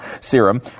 Serum